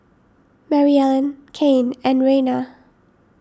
Maryellen Cain and Reina